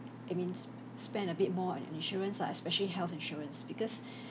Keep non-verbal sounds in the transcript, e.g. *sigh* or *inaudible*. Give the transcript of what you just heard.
I mean s~ spend a bit more on an insurance lah especially health insurance because *breath*